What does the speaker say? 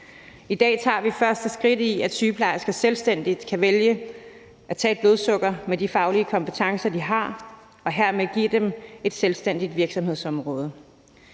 I dag tager vi første skridt til, at sygeplejersker selvstændigt kan vælge at måle blodsukkeret med de faglige kompetencer, de har, og hermed give dem et selvstændigt virksomhedsområde.